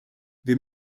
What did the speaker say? wir